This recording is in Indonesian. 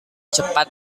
cepat